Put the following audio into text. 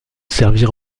servir